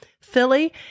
Philly